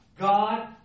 God